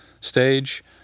stage